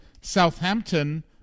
Southampton